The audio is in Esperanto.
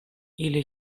ili